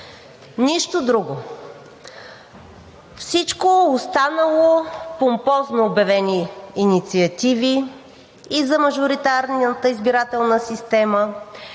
нищо друго! Всички останали помпозно обявени инициативи – и за мажоритарната избирателна система,